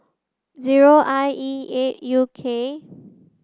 zero I E eight U K